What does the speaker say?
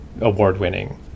award-winning